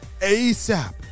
ASAP